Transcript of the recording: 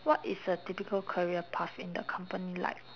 what is a typical career path in the company like